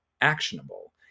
actionable